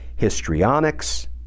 histrionics